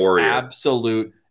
absolute